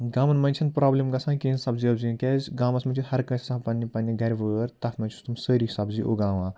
گامَن منٛز چھِنہٕ پرٛابلِم گژھان کیٚنہہ سَبزی وَبزی کیٛازِ گَامَس منٛز چھِ ہر کٲنٛسہِ آسان پنٛنہِ پنٛنہِ گَرِ وٲر تَتھ منٛز چھِ تِم سٲری سَبزی اُگاوان